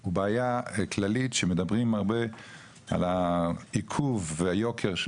הוא בעיה כללית שמדברים הרבה על העיכוב והיוקר של